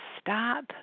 stop